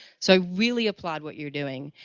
so really apply what you're doing.